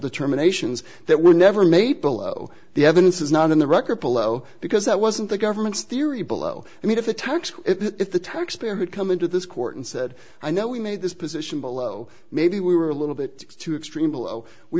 determinations that were never made below the evidence is not in the record below because that wasn't the government's theory below i mean if the tax if the taxpayer had come into this court and said i know we made this position below maybe we were a little bit too extreme below we